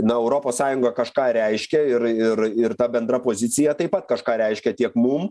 na europos sąjunga kažką reiškia ir ir ir ta bendra pozicija taip pat kažką reiškia tiek mum